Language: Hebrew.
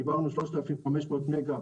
חיברנו 3,500 מגה,